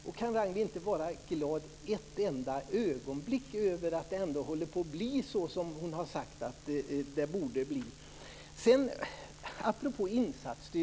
Kan Ragnwi Marcelind inte vara glad ett enda ögonblick över att det ändå håller på att bli så som hon har sagt att det borde bli?